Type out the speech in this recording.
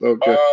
Okay